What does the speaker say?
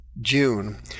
June